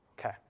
Okay